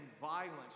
violence